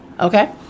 Okay